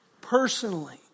personally